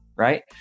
Right